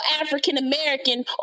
African-American